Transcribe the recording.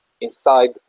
inside